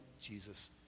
Jesus